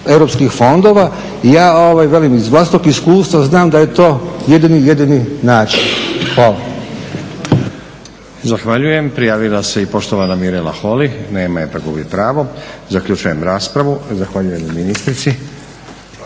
europskih fondova. I ja velim, iz vlastitog iskustva znam da je to jedini način. Hvala.